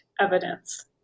evidence